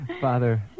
Father